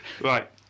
Right